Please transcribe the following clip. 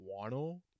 Wano